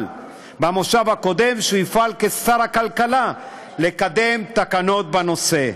במושב הקודם שהוא יפעל כשר הכלכלה לקדם תקנות בנושא,